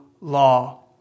law